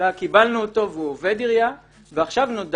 אלא אחרי שקיבלנו אותו והוא עובד עירייה ועכשיו נודע